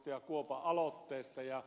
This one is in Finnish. kuopan aloitteesta